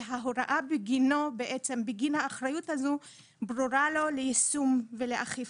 וההוראה בגין האחריות הזאת ברורה לו ליישום ולאכיפה.